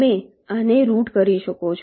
તમે આને રૂટ કરી શકો છો